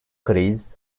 kriz